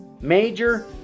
major